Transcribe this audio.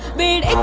made